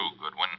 Goodwin